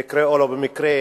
במקרה או לא במקרה